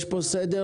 יש פה סדר.